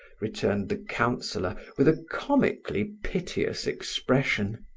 returned the councillor, with a comically piteous expression.